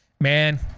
man